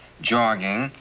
jogging.